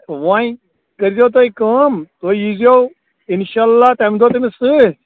ون کٔرۍزیٚو تُہۍ کٲم تُہۍ ییٖزیٚو اِنشا اللہ تَمہِ دۅہ تٔمِس سٍتۍ